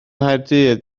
nghaerdydd